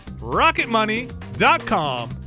rocketmoney.com